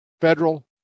federal